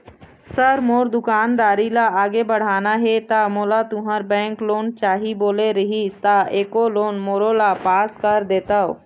Sir मोर दुकानदारी ला आगे बढ़ाना हे ता मोला तुंहर बैंक लोन चाही बोले रीहिस ता एको लोन मोरोला पास कर देतव?